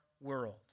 world